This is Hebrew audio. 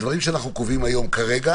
הדברים שאנחנו קובעים היום כרגע